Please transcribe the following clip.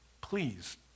Please